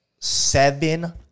seven